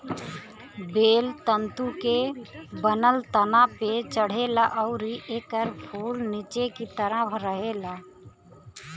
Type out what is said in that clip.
बेल तंतु के बनल तना पे चढ़ेला अउरी एकर फूल निचे की तरफ रहेला